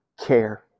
care